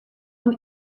oan